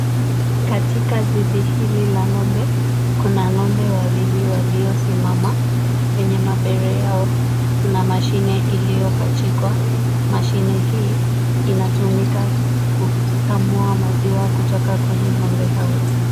Katika zizi hili la ng'ombe, kuna ng'ombe wawili waliosimama. Kwenye mabere yao kuna mashine iliyopachikwa. Mashine hii inatumika kukamua maziwa kutoka kwenye ng'ombe hao.